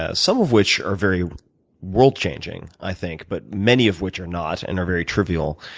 ah some of which are very world changing, i think, but many of which are not, and are very trivial.